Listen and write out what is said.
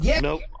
Nope